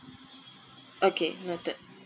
okay noted